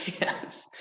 Yes